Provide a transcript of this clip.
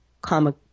comic